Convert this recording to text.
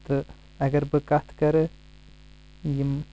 تہٕ اگر بہٕ کتھ کرٕ یم